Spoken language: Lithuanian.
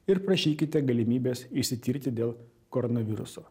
ir prašykite galimybės išsitirti dėl koronaviruso